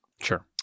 Sure